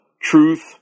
truth